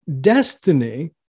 Destiny